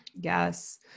yes